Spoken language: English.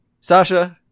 Sasha